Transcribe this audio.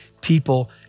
people